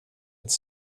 inte